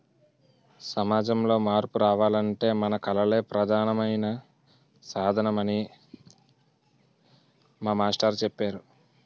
సమాజంలో మార్పు రావాలంటే మన కళలే ప్రధానమైన సాధనమని మా మాస్టారు చెప్పేరు